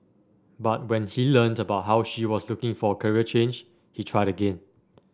but when he learnt about how she was looking for a career change he tried again